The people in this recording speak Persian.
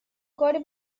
کاری